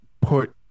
put